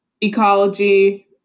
ecology